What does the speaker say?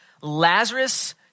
Lazarus